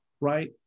right